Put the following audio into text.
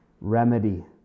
Remedy